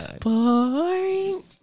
boring